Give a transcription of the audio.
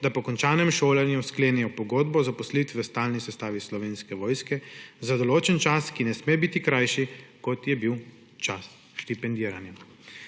da po končanem šolanju sklenejo pogodbo o zaposlitvi v stalni sestavi Slovenske vojske za določen čas, ki ne sme biti krajši, kot je bil čas štipendiranja.